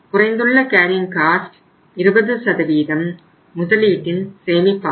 குறைந்துள்ள carrying cost 20 முதலீட்டின் சேமிப்பாகும்